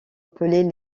appelés